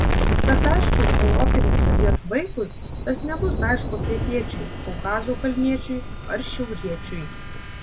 kas aišku europinės dalies vaikui tas nebus aišku pietiečiui kaukazo kalniečiui ar šiauriečiui